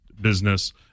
business